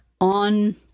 on